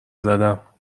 زدم